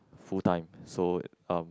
full time so um